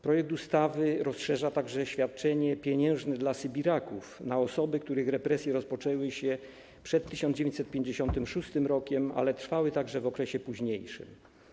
Projekt ustawy rozszerza także świadczenie pieniężne dla sybiraków na osoby, których represje rozpoczęły się przed 1956 r., ale trwały także w okresie późniejszym.